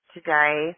Today